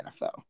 NFL